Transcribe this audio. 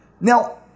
Now